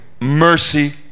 mercy